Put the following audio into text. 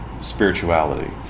spirituality